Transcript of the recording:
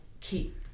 keep